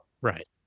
Right